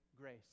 grace